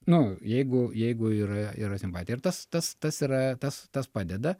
nu jeigu jeigu yra yra simpatija ir tas tas tas yra tas tas padeda